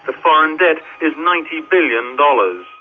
the foreign debt is ninety billion dollars.